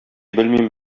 белмим